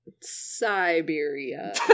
Siberia